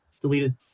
deleted